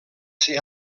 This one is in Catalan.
ser